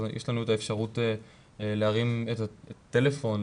יש לנו אפשרות להרים טלפון,